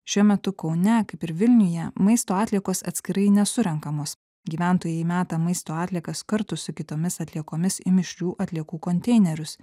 šiuo metu kaune kaip ir vilniuje maisto atliekos atskirai nesurenkamos gyventojai meta maisto atliekas kartu su kitomis atliekomis į mišrių atliekų konteinerius